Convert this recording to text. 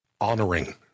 honoring